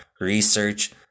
research